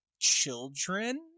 children